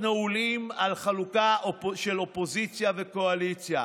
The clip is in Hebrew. נעולים על חלוקה של אופוזיציה וקואליציה.